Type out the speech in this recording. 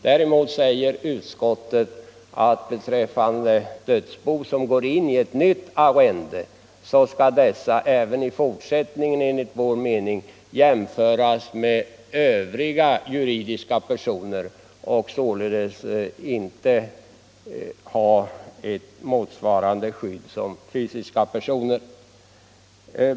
Däremot säger utskottet att dödsbon som går in i ett nytt arrende även i fortsättningen skall jämföras med andra juridiska personer som således inte har samma skydd som fysiska personer.